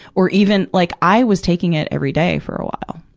or even, like i was taking it every day for a while.